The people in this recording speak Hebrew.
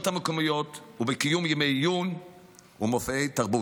המקומיות ובקיום ימי עיון ומופעי תרבות.